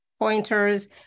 pointers